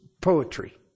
poetry